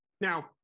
now